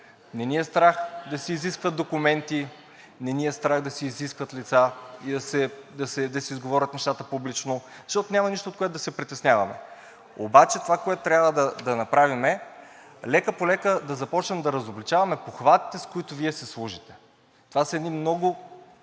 Не ни е страх да се изискват документи, не ни е страх да се изискват лица и да се изговорят нещата публично, защото няма нищо, от което да се притесняваме. Обаче това, което трябва да направим, е лека-полека да започнем да разобличаваме похватите, с които Вие си служите. Това са едни много